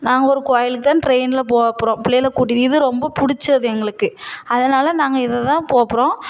நாங்கள் ஒரு கோவிலுக்கு தான் ட்ரெயினில் போக போகிறோம் பிள்ளைவோல கூட்டிக் இது ரொம்ப பிடிச்சது எங்களுக்கு அதனால நாங்கள் இதில் தான் போக போகிறோம்